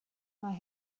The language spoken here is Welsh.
mae